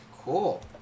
Cool